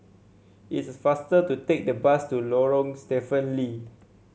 it's faster to take the bus to Lorong Stephen Lee